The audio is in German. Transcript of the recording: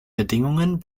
bedingungen